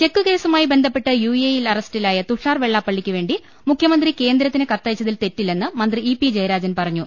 check കേസുമായി ബന്ധപ്പെട്ട് UAE യിൽ അറസ്റ്റിലായ തുഷാർ വെള്ളാപ്പള്ളിക്കുവേണ്ടി മൂഖ്യമന്ത്രി കേന്ദ്രത്തിന് കത്തയി ച്ചതിൽ തെറ്റില്ലെന്ന് മന്ത്രി ഇ പ്പി ജയരാജൻ പറഞ്ഞു